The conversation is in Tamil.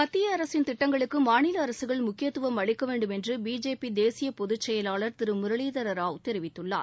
மத்திய அரசின் திட்டங்களுக்கு மாநில அரசுகள் முக்கியத்துவம் அளிக்க வேண்டும் என்று பிஜேபி தேசிய பொதுச் செயலாளர் திரு முரளிதர ராவ் தெரிவித்துள்ளார்